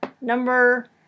Number